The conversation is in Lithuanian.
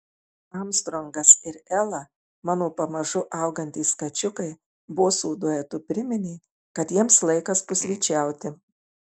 armstrongas ir ela mano pamažu augantys kačiukai bosų duetu priminė kad jiems laikas pusryčiauti